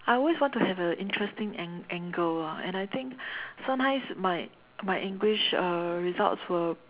I always want to have a interesting an~ angle ah and I think sometimes my my English uh results were